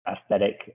aesthetic